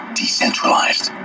decentralized